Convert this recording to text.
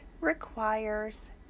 requires